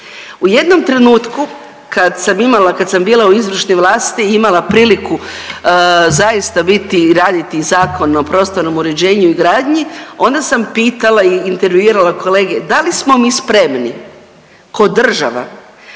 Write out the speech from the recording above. U jednom trenutku kad sam imala, kad sam bila u izvršnoj vlasti, imala priliku zaista biti i raditi Zakon o prostornom uređenju i gradnji onda sam pitala i intervjuirala kolege da li smo mi spremni ko država,